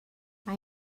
mae